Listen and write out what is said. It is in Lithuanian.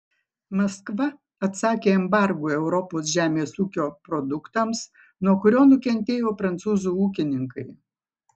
maskva atsakė embargu europos žemės ūkio produktams nuo kurio nukentėjo prancūzų ūkininkai